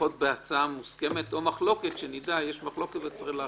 לפחות בהצעה מוסכמת או במחלוקת כדי שנדע שיש מחלוקת וצריך להכריע.